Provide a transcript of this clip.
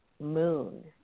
moon